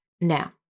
Now